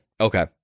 Okay